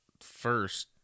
first